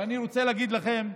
ואני רוצה להגיד לכם,